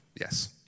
Yes